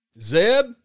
Zeb